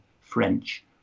French